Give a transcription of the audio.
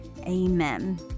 Amen